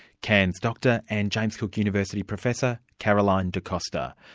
cairns doctor and james cook university professor, caroline de costa.